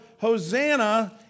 Hosanna